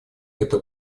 это